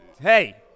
Hey